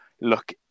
look